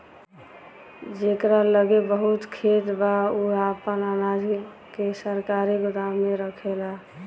जेकरा लगे बहुत खेत बा उ आपन अनाज के सरकारी गोदाम में रखेला